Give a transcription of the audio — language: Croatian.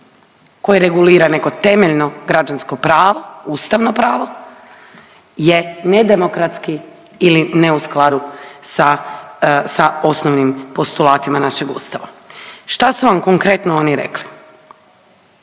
koje regulira nego temeljno građansko pravo, ustavno pravo, je nedemokratski ili ne u skladu sa osnovnim postulatima našeg Ustava. Šta su vam konkretno oni rekli?